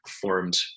Formed